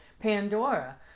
Pandora